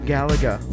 Galaga